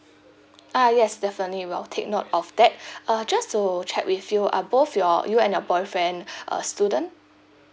ah yes definitely we'll take note of that uh just to check with you are both your you and your boyfriend a student